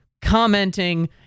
commenting